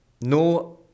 No